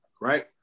right